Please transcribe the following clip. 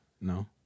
No